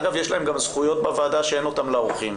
אגב יש להם גם זכויות בוועדה שאין אותן לאורחים.